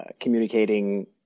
communicating